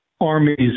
armies